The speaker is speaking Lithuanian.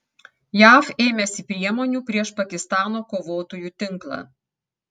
jav ėmėsi priemonių prieš pakistano kovotojų tinklą